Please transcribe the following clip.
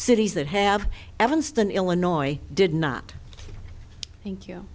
cities that have evanston illinois did not thank y